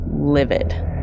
livid